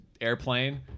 airplane